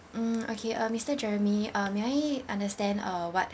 mm okay uh mister jeremy uh may I understand uh what